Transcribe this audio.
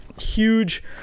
huge